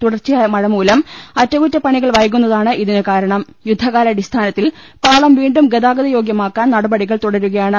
തുടർച്ചയായ മഴ മൂലം അറ്റകുറ്റപ്പണികൾ വൈക്യുന്ന്താണ് ഇതിന് കാരണം യുദ്ധ കാല അടിസ്ഥാനത്തിൽ പാളം വീണ്ടും ഗതാഗതയോഗ്യമാക്കാൻ നടപടികൾ തുടരുകയാണ്